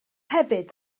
hefyd